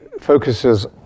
focuses